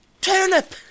Turnip